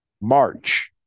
March